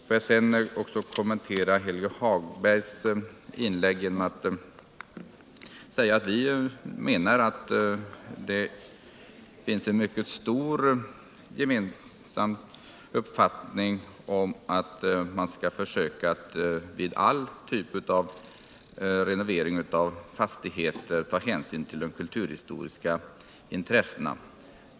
Låt mig också kommentera Helge Hagbergs inlägg. Vi menar att det finns en mycket allmänt omfattad uppfattning, innebärande att man vid alla typer av renovering av fastigheter skall försöka ta hänsyn till de kulturhistoriska intressena.